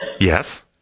Yes